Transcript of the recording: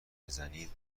بزنید